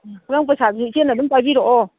ꯈꯨꯠꯂꯪ ꯄꯩꯁꯥꯗꯨꯁꯨ ꯏꯆꯦꯅ ꯑꯗꯨꯝ ꯄꯥꯏꯕꯤꯔꯛꯑꯣ